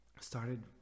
started